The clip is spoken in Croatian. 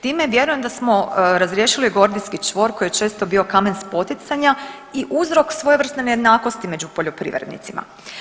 Time vjerujem da smo razriješili gordijski čvor koji je često bio kamen spoticanja i uzrok svojevrsne nejednakosti među poljoprivrednicima.